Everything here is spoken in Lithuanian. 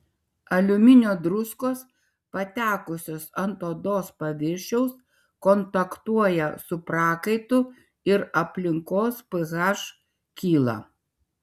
aliuminio druskos patekusios ant odos paviršiaus kontaktuoja su prakaitu ir aplinkos ph kyla